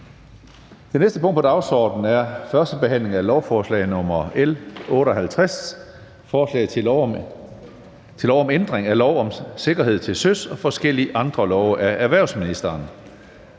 Det næste punkt på dagsordenen er: 2) 1. behandling af lovforslag nr. L 58: Forslag til lov om ændring af lov om sikkerhed til søs og forskellige andre love. (Ændring